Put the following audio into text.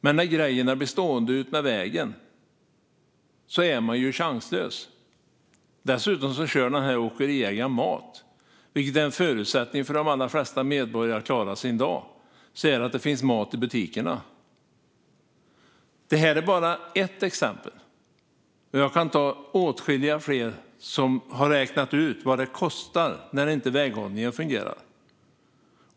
Men när grejerna blir stående längs vägen är man ju chanslös. Denna åkeriägare kör dessutom mat. En förutsättning för att de allra flesta medborgare ska klara sin dag är att det finns mat i butikerna. Detta är bara ett exempel. Jag kan ta åtskilliga fler, där man har räknat ut vad det kostar när väghållningen inte fungerar.